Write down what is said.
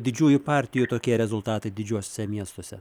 didžiųjų partijų tokie rezultatai didžiuosiuose miestuose